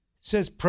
says